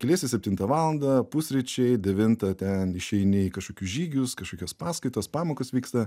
keliesi septintą valandą pusryčiai devintą ten išeini į kažkokius žygius kažkokios paskaitos pamokos vyksta